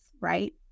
right